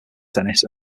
tennis